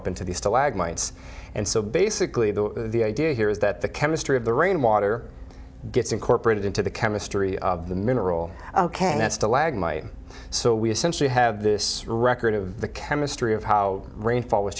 up into these to lag mites and so basically the the idea here is that the chemistry of the rainwater gets incorporated into the chemistry of the mineral ok that's to lag my so we essentially have this record of the chemistry of how rainfall was